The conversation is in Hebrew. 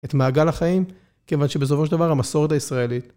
את מעגל החיים, כיוון שבסופו של דבר המסורת הישראלית.